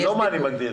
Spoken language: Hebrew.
לא מה אני מגדיר.